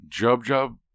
Jub-Jub